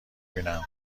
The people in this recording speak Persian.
بینم